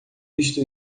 visto